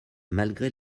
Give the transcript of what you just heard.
malgré